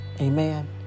Amen